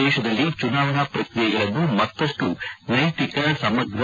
ದೇಶದಲ್ಲಿ ಚುನಾವಣಾ ಪ್ರಕ್ರಿಯೆಗಳನ್ನು ಮತ್ತಷ್ಟು ನೈತಿಕ ಸಮಗ್ರ